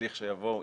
לכשיבוא,